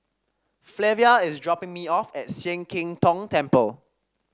Flavia is dropping me off at Sian Keng Tong Temple